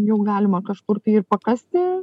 jau galima kažkur ir pakasti